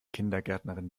kindergärtnerin